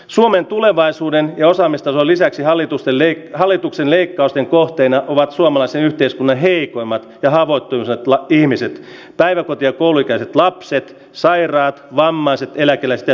suomen tulevaisuuden ja osaamista lisäksi hallitus ellei hallituksen leikkausten kohteena ovat suomalaisen yhteiskunnan heikoimmat haavoittumiset lab ihmiset päiväkoti ja kouluikäiset lapset sairaat vammaiset eläkeläisten